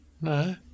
No